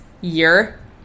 year